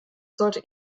sollte